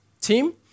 team